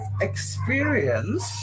experience